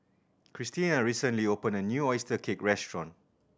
Kristina recently opened a new oyster cake restaurant